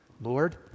Lord